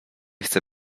chce